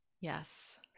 Yes